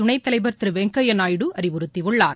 துணைத்தலைவர் திரு வெங்கையா நாயுடு அறிவுறுத்தியுள்ளார்